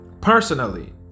personally